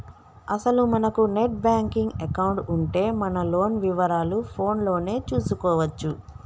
అసలు మనకు net banking account ఉంటే మన లోన్ వివరాలు ఫోన్ లోనే చూసుకోవచ్చు